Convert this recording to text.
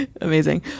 Amazing